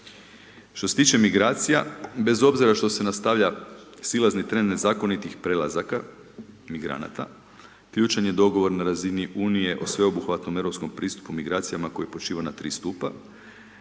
Što se tiče migracija, bez obzira što se nastavlja silazni trend nezakonitih prelazaka migranata, ključan je dogovor na razini Unije o sveobuhvatnom europskom pristupu migracijama koji počiva na tri stupa.